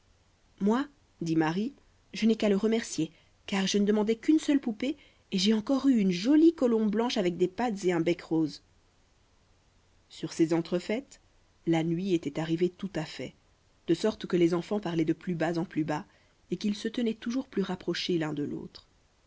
moi dit marie je n'ai qu'à le remercier car je ne demandais qu'une seule poupée et j'ai encore eu une jolie colombe blanche avec des pattes et un bec roses sur ces entrefaites la nuit étant arrivée tout à fait de sorte que les enfants parlaient de plus bas en plus bas et qu'ils se tenaient toujours plus rapprochés l'un de l'autre